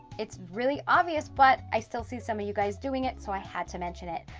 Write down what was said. it's really obvious but i still see some of you guys doing it so i had to mention it.